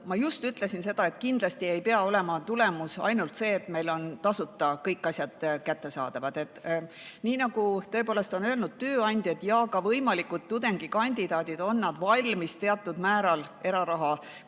Ma just ütlesin, et kindlasti ei pea tulemus olema ainult see, et meil on kõik asjad tasuta kättesaadavad. Nii nagu tõepoolest on öelnud tööandjad ja ka võimalikud tudengikandidaadid, nad on valmis teatud määral eraraha kõrgharidusse